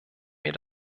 mir